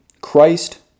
Christ